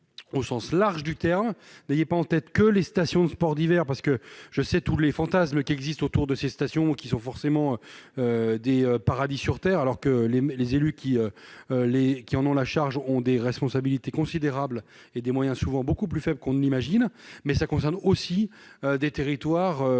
au sens large du terrain, n'ayez pas en tête que les stations de sports d'hiver parce que je sais tous les fantasmes qui existe autour de ces stations qui sont forcément des paradis sur terre, alors que les mais les élus qui les qui en ont la charge, ont des responsabilités considérables et des moyens souvent beaucoup plus faible qu'on ne l'imagine, mais ça concerne aussi des territoires